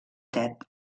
tet